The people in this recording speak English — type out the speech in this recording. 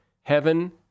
heaven